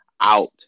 out